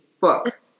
book